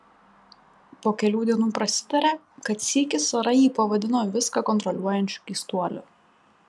po kelių dienų prasitarė kad sykį sara jį pavadino viską kontroliuojančiu keistuoliu